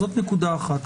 זאת נקודה אחת.